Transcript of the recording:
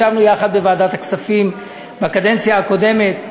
ישבנו יחד בוועדת הכספים בקדנציה הקודמת,